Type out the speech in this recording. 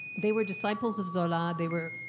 they were disciples of zola. they were,